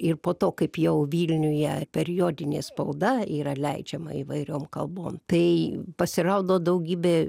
ir po to kaip jau vilniuje periodinė spauda yra leidžiama įvairiom kalbom tai pasirodo daugybė